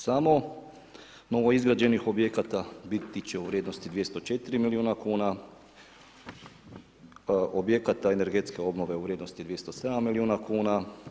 Samo novoizgrađenih objekata biti će u vrijednosti 204 milijuna kuna, objekata energetske obnove u vrijednosti 207 milijuna kuna.